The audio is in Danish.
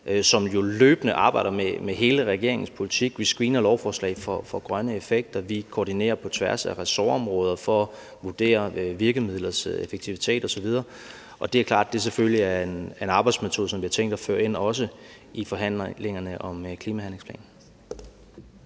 som løbende arbejder med hele regeringens politik. Vi screener lovforslag for grønne effekter. Vi koordinerer på tværs af ressortområder for at vurdere virkemidlers effektivitet osv. Det er klart, at det selvfølgelig er en arbejdsmetode, som vi har tænkt os at føre ind også i forhandlingerne om en klimahandlingsplan.